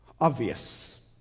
obvious